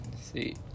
see